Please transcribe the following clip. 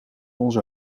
onze